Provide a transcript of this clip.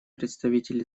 представитель